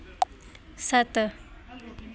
सत्त